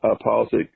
policy